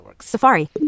Safari